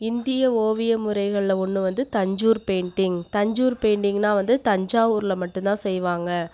இந்திய ஓவிய முறைகள்ல ஒன்று வந்து தஞ்சூர் பெயிண்டிங் தஞ்சூர் பெயிண்டிங்குனால் வந்து தஞ்சாவூர்ல மட்டுந்தான் செய்வாங்க